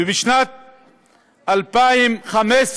ובשנת 2015,